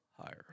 higher